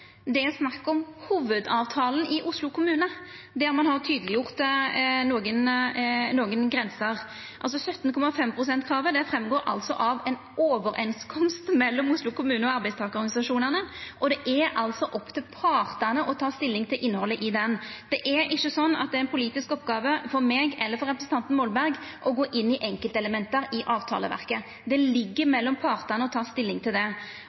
det er snakk om hovudavtalen i Oslo kommune, der ein har tydeleggjort nokre grenser. Altså: 17,5 pst.-kravet går fram av ein overeinskomst mellom Oslo kommune og arbeidstakarorganisasjonane, og det er opp til partane å ta stilling til innhaldet i den. Det er ikkje ei politisk oppgåve – verken for meg eller for representanten Molberg – å gå inn i enkeltelement i avtaleverket. Det ligg mellom partane å ta stilling til det.